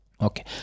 Okay